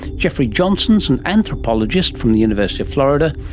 jeffrey johnson is an anthropologist from the university of florida.